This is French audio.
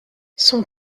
son